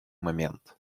момент